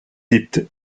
liebt